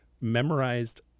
memorized